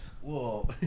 Whoa